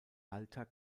alter